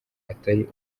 atari